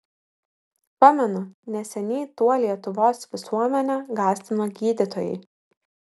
pamenu neseniai tuo lietuvos visuomenę gąsdino gydytojai